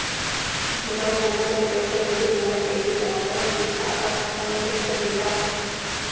Mobile number मे पइसा भेजे समय कइसे जांच करव की काकर खाता मे पइसा भेजात हे?